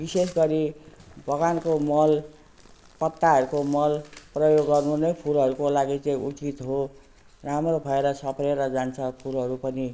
विशेष गरी बगानको मल पत्ताहरूको मल प्रयोग गर्नु नै फुलहरूको लागि चाहिँ उचित हो राम्रो भएर सप्रेर जान्छ फुलहरू पनि